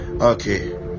okay